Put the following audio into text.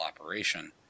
operation